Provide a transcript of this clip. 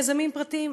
יזמים פרטיים.